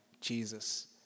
Jesus